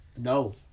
No